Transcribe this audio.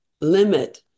limit